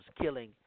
killing